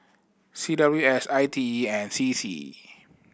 C W S I T E and C C